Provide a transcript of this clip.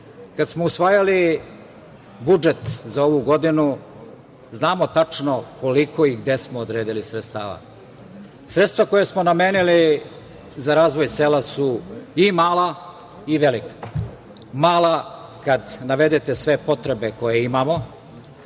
kada smo usvajali budžet za ovu godinu, znamo tačno koliko i gde smo odredili sredstava. Sredstva koja smo namenili za razvoj sela su i mala i velika. Mala, kada navedete sve potrebe koje imamo,